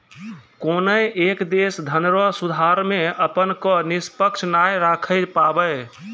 कोनय एक देश धनरो सुधार मे अपना क निष्पक्ष नाय राखै पाबै